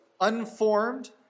unformed